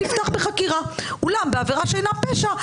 תפתח בחקירה; אולם בעבירה שאינה פשע,